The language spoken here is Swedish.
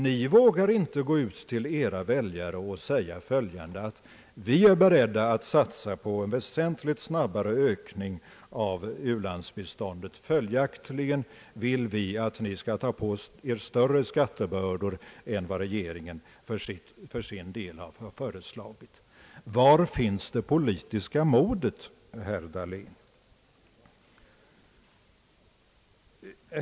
Ni vågar inte gå ut till era väljare och säga: Vi är beredda att satsa på en väsentligt snabbare ökning av u-landsbiståndet, och följaktligen vill vi att ni skall ta på er en större skattebörda än vad regeringen för sin del har föreslagit. — Var finns det politiska modet, herr Dahlén?